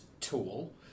tool